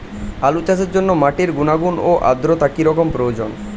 আলু চাষের জন্য মাটির গুণাগুণ ও আদ্রতা কী রকম প্রয়োজন?